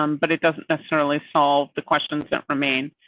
um but it doesn't necessarily solve the questions that remain.